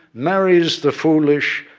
marries the foolish,